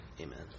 Amen